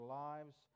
lives